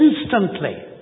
instantly